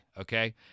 okay